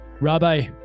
Rabbi